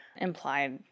implied